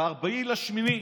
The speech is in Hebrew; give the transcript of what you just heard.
ב-4 באוגוסט